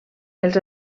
els